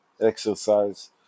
exercise